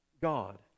God